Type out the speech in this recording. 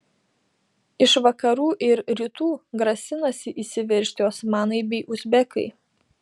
iš vakarų ir rytų grasinasi įsiveržti osmanai bei uzbekai